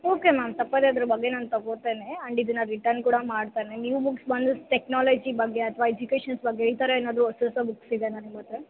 okay ma'am ತಪ್ಪದೆ ಅದ್ರ ಬಗ್ಗೆ ತೊಗೋತೇನೆ ಆ್ಯಂಡ್ ಇದನ್ನು ರಿಟರ್ನ್ ಕೂಡ ಮಾಡ್ತೇನೆ ನ್ಯೂ ಬುಕ್ಸ್ ಬಂದಿದ್ ಟೆಕ್ನೋಲಾಜಿ ಬಗ್ಗೆ ಅಥವಾ ಎಜುಕೇಶನ್ಸ್ ಬಗ್ಗೆ ಈ ಥರ ಏನಾದರು ಹೊಸ ಹೊಸ ಬುಕ್ಸ್ ಇದೆಯಾ ನಿಮ್ಮ ಹತ್ರ